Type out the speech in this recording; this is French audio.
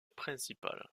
principale